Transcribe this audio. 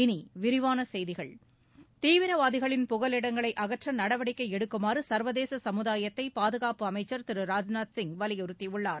இனி விரிவான செய்திகள் தீவிரவாதிகளின் புகலிடங்களை அகற்ற நடவடிக்கை எடுக்குமாறு சர்வதேச சமுதாயத்தை பாதுகாப்பு அமைச்சர் திரு ராஜ்நாத்சிங் வலியுறுத்தியுள்ளார்